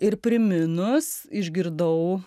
ir priminus išgirdau